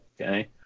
okay